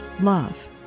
Love